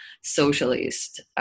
socialist